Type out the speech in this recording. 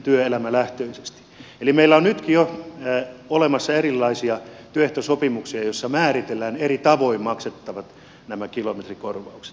eli meillä on nytkin jo olemassa erilaisia työehtosopimuksia joissa määritellään eri tavoin maksettavat kilometrikorvaukset